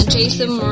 ，Jason